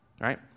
right